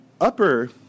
upper